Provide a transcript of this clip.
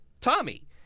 Tommy